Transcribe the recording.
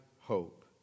hope